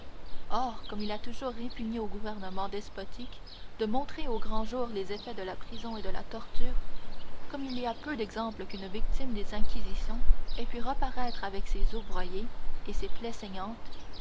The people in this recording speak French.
or comme il a toujours répugné au gouvernement despotique de montrer au grand jour les effets de la prison et de la torture comme il y a peu d'exemples qu'une victime des inquisitions ait pu reparaître avec ses os broyés et ses plaies saignantes